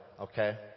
okay